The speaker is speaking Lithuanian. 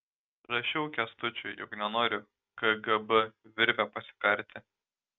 rašiau kęstučiui jog nenoriu kgb virve pasikarti